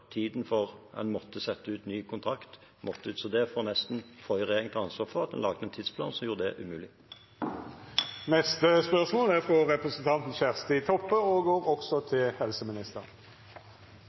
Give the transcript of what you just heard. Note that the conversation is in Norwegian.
tiden for at en måtte sette ut en ny kontrakt, var gått ut. Så forrige regjering får nesten ta ansvaret for at en laget en tidsplan som gjorde det umulig.